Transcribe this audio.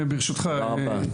תודה רבה.